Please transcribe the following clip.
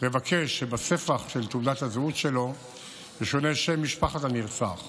לבקש שבספח תעודת הזהות שלו ישונה שם משפחת הנרצח,